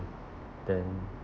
then